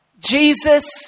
Jesus